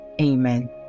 Amen